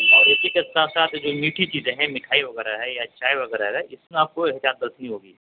اور اسی کے ساتھ ساتھ جو میٹھی چیزیں ہیں مٹھائی وغیرہ ہے یا چائے وغیرہ ہے اس میں آپ کو احتیاط برتنی ہوگی